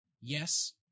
yes